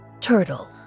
turtle